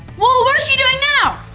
well, what is she doing now?